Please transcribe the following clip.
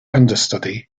understudy